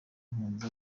impunzi